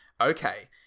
okay